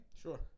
Sure